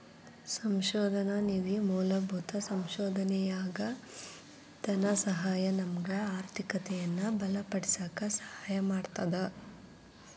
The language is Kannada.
ಸಂಶೋಧನಾ ನಿಧಿ ಮೂಲಭೂತ ಸಂಶೋಧನೆಯಾಗ ಧನಸಹಾಯ ನಮಗ ಆರ್ಥಿಕತೆಯನ್ನ ಬಲಪಡಿಸಕ ಸಹಾಯ ಮಾಡ್ತದ